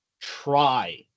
try